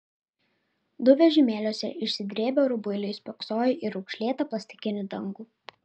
du vežimėliuose išsidrėbę rubuiliai spoksojo į raukšlėtą plastikinį dangų